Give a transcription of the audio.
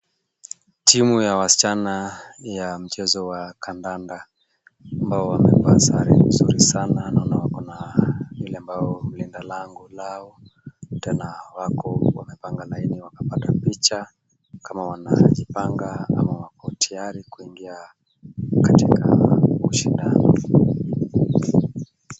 Timu ya wasichana ya mchezo wa kandanda ambao wamevaa sare nzuri sana naona wako na yule ambaye ni mlinda lango lao. Tena wako wamepanga laini wakapata picha kama wanajipanga ama wako tayari kuingia katika mashindano.